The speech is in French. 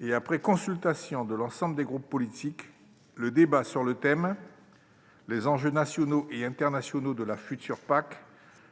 et après consultation de l'ensemble des groupes politiques, le débat sur le thème :« Les enjeux nationaux et internationaux de la future PAC »